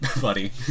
buddy